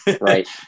Right